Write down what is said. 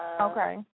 Okay